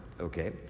Okay